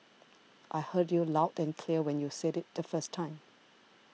I heard you loud and clear when you said it the first time